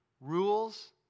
Rules